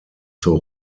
zur